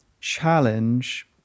challenge